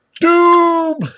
Doom